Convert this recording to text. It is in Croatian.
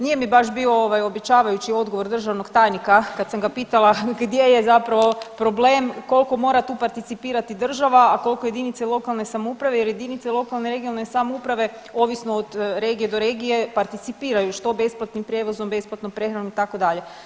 Nije mi baš bio ovaj obećavajući odgovor državnog tajnika kada sam ga pitala gdje je zapravo problem, koliko mora tu participirati država, a koliko jedinice lokalne samouprave jer jedinice lokalne i regionalne samouprave ovisno od regije do regije participiraju što besplatnim prijevozom, besplatnom prehranom itd.